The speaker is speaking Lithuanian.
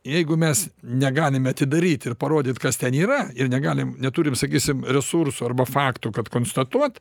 jeigu mes negalime atidaryt ir parodyt kas ten yra ir negalim neturim sakysim resursų arba faktų kad konstatuot